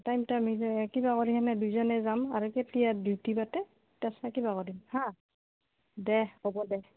টাইমটা মিলে কিবা কৰি সেনে দুইজনে যাম আৰু কেতিয়া ডিউটি পাতে তাৰপিছত কিবা কৰিম হা দে হ'ব দে